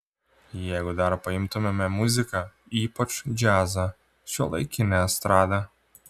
jeigu dar paimtumėme muziką ypač džiazą šiuolaikinę estradą